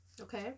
okay